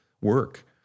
work